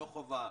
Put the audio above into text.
לא חובה?